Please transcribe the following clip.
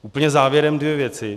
Úplně závěrem dvě věci.